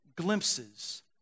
Glimpses